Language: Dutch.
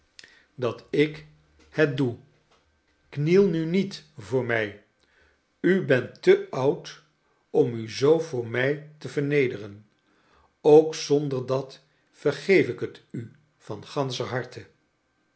dat ik het doe kniel nu niet voor mij u beat te oud om u zoo voor mij te vernederen ook zonder dat vergeef ik het u van ganscher harte